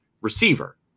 receiver